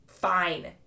Fine